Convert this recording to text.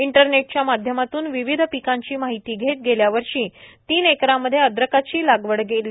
इंटरनेटच्या माध्यमातून विविध पिकांची माहिती घेत गेल्यावर्षी तीन एकरामध्ये अद्रकाची लागवड केली